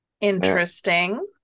Interesting